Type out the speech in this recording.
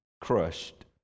crushed